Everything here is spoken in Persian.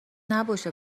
نباشه